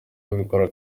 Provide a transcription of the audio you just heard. babikora